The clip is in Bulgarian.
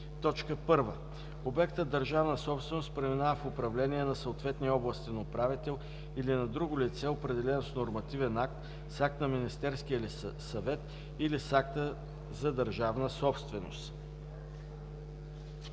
1. обектът – държавна собственост, преминава в управление на съответния областен управител или на друго лице, определено с нормативен акт, с акт на Министерския съвет или с акта за държавна собственост;